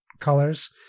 colors